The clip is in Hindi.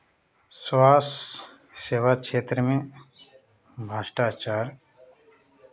स्वास्थ्य सेवा क्षेत्र में भ्रष्टाचार